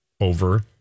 over